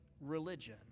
religion